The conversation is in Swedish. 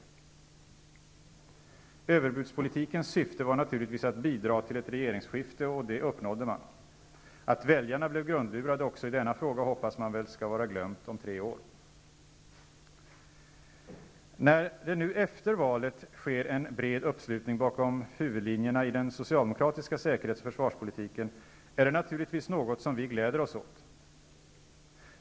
Överbudspolitikens syfte var naturligtvis att bidra till ett regeringsskifte, och det uppnådde man. Att väljarna blev grundlurade också i denna fråga hoppas man väl skall vara glömt om tre år. Att det nu efter valet sker en bred uppslutning bakom huvudlinjerna i den socialdemokratiska säkerhets och försvarspolitiken är naturligtvis något som vi glädjer oss åt.